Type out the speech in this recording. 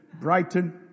Brighton